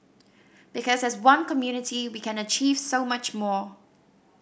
because as one community we can achieve so much more